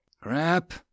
Crap